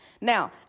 Now